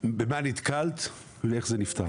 נתקלת ואיך זה נפתר.